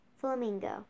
Flamingo